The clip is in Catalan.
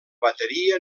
bateria